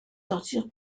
sortir